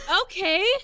Okay